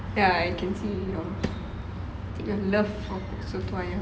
ya I can see you your love for soto ayam